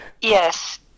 yes